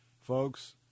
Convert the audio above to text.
Folks